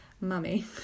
Mummy